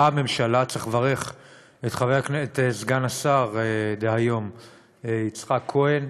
באה הממשלה, צריך לברך את סגן השר דהיום יצחק כהן,